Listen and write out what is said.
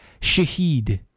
Shahid